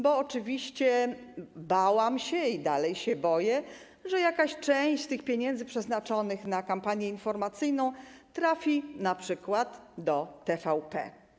Bo oczywiście bałam się i dalej się boję, że jakaś część z tych pieniędzy przeznaczonych na kampanię informacyjną trafi np. do TVP.